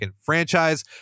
franchise